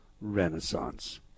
renaissance